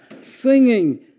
singing